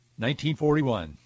1941